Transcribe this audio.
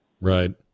Right